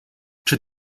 czy